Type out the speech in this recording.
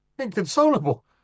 Inconsolable